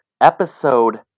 episode